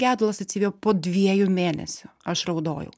gedulas atsivijo po dviejų mėnesių aš raudojau